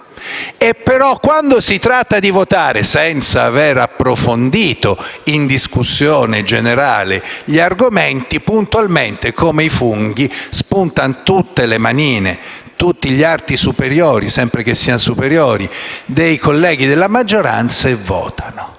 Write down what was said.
Però, quando si tratta di votare, senza aver approfondito in discussione generale gli argomenti, puntualmente, come i funghi, spuntano tutte le manine, tutti gli arti superiori (sempre che siano superiori) dei colleghi della maggioranza e votano.